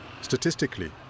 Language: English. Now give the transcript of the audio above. Statistically